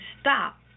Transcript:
stop